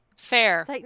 Fair